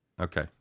Okay